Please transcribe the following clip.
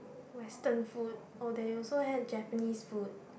Western food oh they also have Japanese food